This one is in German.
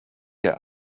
der